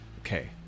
Okay